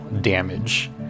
damage